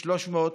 300,